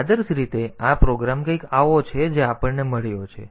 તેથી આદર્શ રીતે આ પ્રોગ્રામ કંઈક આવો છે જે આપણને મળ્યો છે